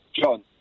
John